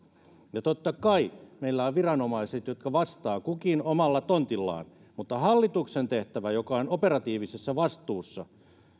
ja totta kai meillä on viranomaiset jotka vastaavat kukin omalla tontillaan mutta hallituksen tehtävä joka on operatiivisessa vastuussa